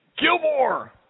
Gilmore